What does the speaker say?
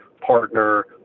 partner